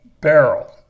barrel